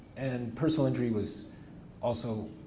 and personal injury was also,